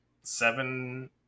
seven